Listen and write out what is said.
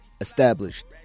established